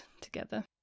together